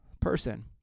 person